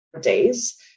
days